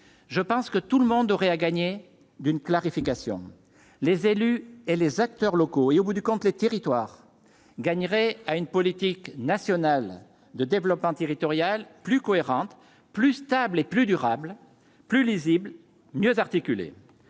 je pense que tout le monde aurait à gagner d'une clarification, les élus et les acteurs locaux et au bout du compte, les territoires gagnerait à une politique nationale de développement territorial plus cohérente, plus stable et plus durable, plus lisible, mieux articuler